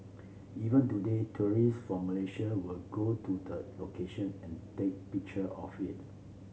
even today tourists from Malaysia will go to the location and take picture of it